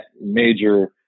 major